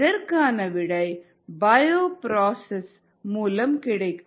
இதற்கான விடை பயோபுரோசெஸ் மூலம் ஆகும்